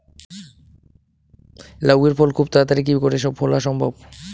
লাউ এর ফল খুব তাড়াতাড়ি কি করে ফলা সম্ভব?